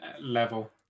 level